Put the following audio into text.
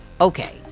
Okay